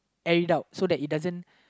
air it out so that it doesn't